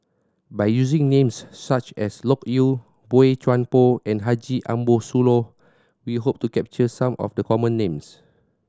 by using names such as Loke Yew Boey Chuan Poh and Haji Ambo Sooloh we hope to capture some of the common names